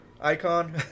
icon